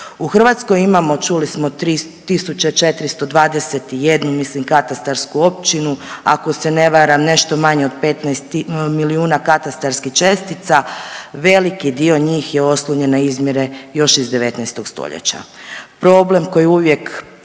U Hrvatskoj imamo čuli smo 3.421 mislim katastarsku općinu, ako se ne varam nešto manje od 15 milijuna katastarskih čestica, veliki dio njih je oslonjen na izmjere još iz 19. stoljeća. Problem koji uvijek